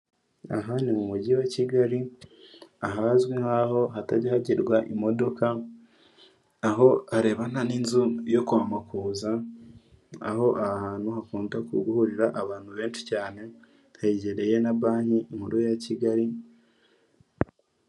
Aha ni mu mujyi wa kigali, ahazwi nk'aho hatajya hagerwa n'imodoka, aho arebana n'inzu yo kwa Makuza, aho hantu hakunda guhurira abantu benshi cyane, hagereye na banki nkuru ya Kigali.